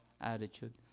attitude